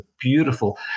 beautiful